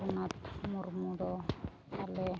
ᱨᱟᱹᱜᱷᱩᱱᱟᱛ ᱢᱩᱨᱢᱩ ᱫᱚ ᱟᱞᱮ